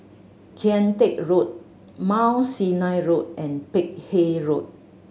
Kian Teck Road Mount Sinai Road and Peck Hay Road